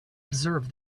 observe